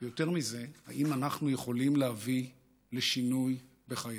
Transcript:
ויותר מזה, אם אנחנו יכולים להביא לשינוי בחייהם.